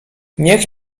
niech